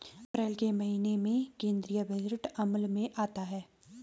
अप्रैल के महीने में केंद्रीय बजट अमल में आता है